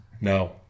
No